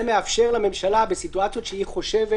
זה מאפשר לממשלה בסיטואציות שהיא חושבת